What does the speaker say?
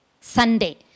Sunday